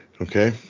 Okay